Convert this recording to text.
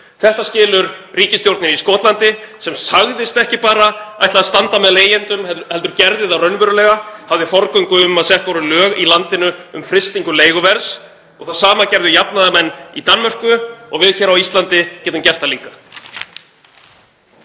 Þetta skilur ríkisstjórnin í Skotlandi sem sagðist ekki bara ætla að standa með leigjendum heldur gerði það raunverulega, hafði forgöngu um að sett voru lög í landinu um frystingu leiguverðs. Það sama gerðu jafnaðarmenn í Danmörku og við hér á Íslandi getum gert það líka.